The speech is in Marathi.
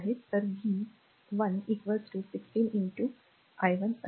तर v 1 r 16 i i 1असेल